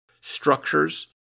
structures